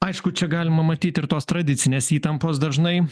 aišku čia galima matyt ir tos tradicinės įtampos dažnai